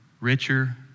richer